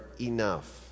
enough